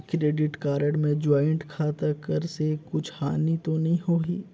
Credit card मे joint खाता कर से कुछ हानि तो नइ होही?